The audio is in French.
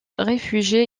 réfugier